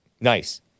nice